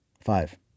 Five